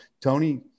Tony